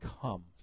comes